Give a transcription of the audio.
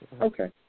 Okay